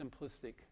simplistic